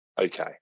Okay